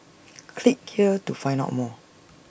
click here to find out more